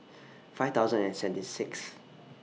five thousand and seventy Sixth